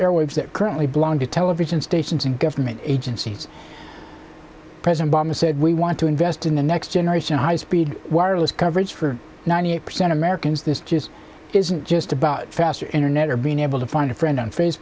airwaves that currently belong to television stations and government agencies president obama said we want to invest in the next generation of high speed wireless coverage for ninety eight percent of americans this just isn't just about faster internet or being able to find a friend